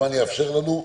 הזמן יאפשר לנו.